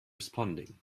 responding